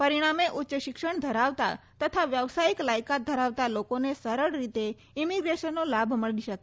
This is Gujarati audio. પરિણામે ઉચ્ચશિક્ષણ ધરાવતા તથા વ્યાવસાયિક લાયકાત ધરાવતા લોકોને સરળ રીતે ઈમિગ્રેશનનો લાભ મળી શકે